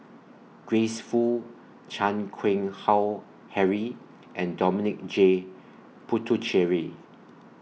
Grace Fu Chan Keng Howe Harry and Dominic J Puthucheary